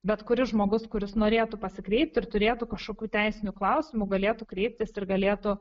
bet kuris žmogus kuris norėtų pasikreipti ir turėtų kažkokių teisinių klausimų galėtų kreiptis ir galėtų